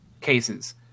cases